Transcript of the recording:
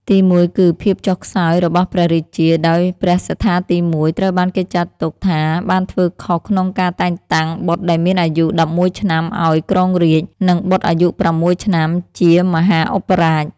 ទីមួយគឺ ភាពចុះខ្សោយរបស់ព្រះរាជា ដោយព្រះសត្ថាទី១ ត្រូវបានគេចាត់ទុកថាបានធ្វើខុសក្នុងការតែងតាំងបុត្រដែលមានអាយុ ១១ ឆ្នាំឱ្យគ្រងរាជ្យ និងបុត្រអាយុ ៦ ឆ្នាំជាមហាឧបរាជ។